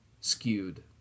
skewed